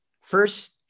first